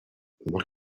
what